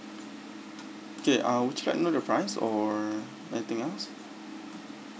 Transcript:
okay uh would you like to know the price or anything else